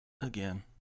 Again